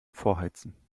vorheizen